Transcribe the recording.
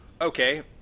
okay